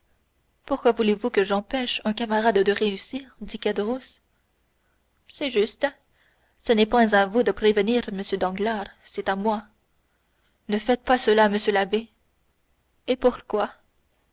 pourquoi voulez-vous que j'empêche un camarade de réussir dit caderousse c'est juste ce n'est pas à vous de prévenir m danglars c'est à moi ne faites pas cela monsieur l'abbé et pourquoi